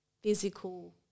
physical